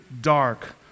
dark